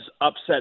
upset